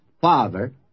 father